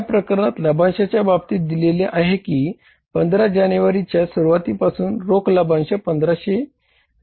या प्रकरणात लाभांशाच्या बाबतीत दिलेली आहे कि 15 जानेवारीच्या सुरवातीपासून रोख लाभांश 1500 डॉलर्स आहे